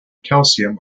calcium